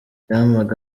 yampaga